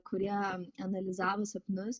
kurie analizavo sapnus